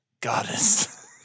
goddess